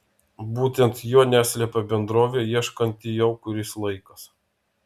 būtent jo neslepia bendrovė ieškanti jau kuris laikas